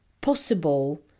possible